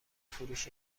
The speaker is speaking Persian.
فروش